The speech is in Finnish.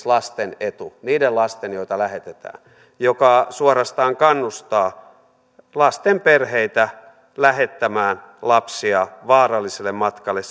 lasten etu niiden lasten joita lähetetään joka suorastaan kannustaa lasten perheitä lähettämään lapsia vaaralliselle matkalle